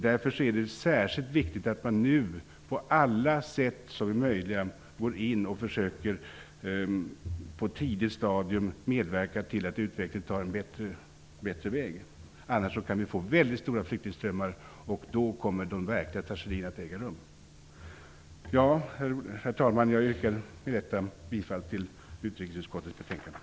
Därför är det särskilt viktigt att man nu på alla sätt som är möjliga går in och försöker på ett tidigt stadium medverka till att utvecklingen tar en bättre väg, annars kan vi få väldigt stora flyktingströmmar, och då kommer de verkliga tragedierna att äga rum. Herr talman! Jag yrkar med detta bifall till hemställan i utrikesutskottets betänkande.